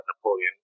Napoleon